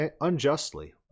unjustly